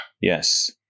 yes